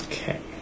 Okay